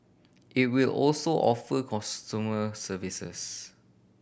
it will also offer consumer services